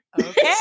Okay